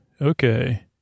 Okay